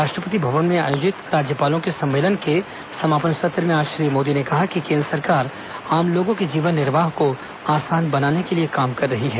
राष्ट्रपति भवन में आयोजित राज्यपालों के सम्मेलन के समापन सत्र में आज श्री मोदी ने कहा कि केन्द्र सरकार आम लोगों के जीवन निर्वाह को आसान बनाने के लिए काम कर रही है